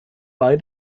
bei